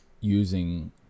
using